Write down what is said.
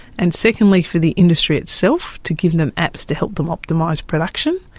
and secondly for the industry itself, to give them apps to help them optimise production.